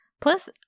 Plus